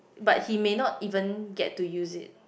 but he may not even get to use it